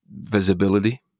visibility